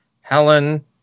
Helen